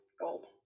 gold